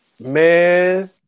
man